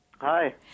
Hi